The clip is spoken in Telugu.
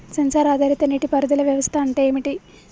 సెన్సార్ ఆధారిత నీటి పారుదల వ్యవస్థ అంటే ఏమిటి?